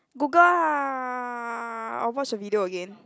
Google ah I will watch the video again